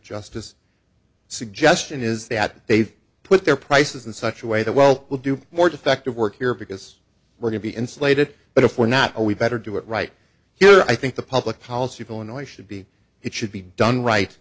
justice suggestion is that they've put their prices in such a way that well we'll do more defective work here because we're going to be insulated but if we're not all we better do it right here i think the public policy will and i should be it should be done right